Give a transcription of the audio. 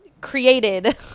created